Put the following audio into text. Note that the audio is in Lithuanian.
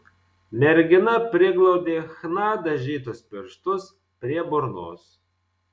mergina priglaudė chna dažytus pirštus prie burnos